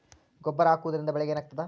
ಗೊಬ್ಬರ ಹಾಕುವುದರಿಂದ ಬೆಳಿಗ ಏನಾಗ್ತದ?